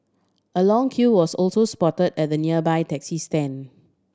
a long queue was also spot at the nearby taxi stand